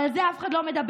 אבל על זה אף אחד לא מדבר,